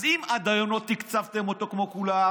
אם עד היום לא תקצבתם אותו כמו כולם,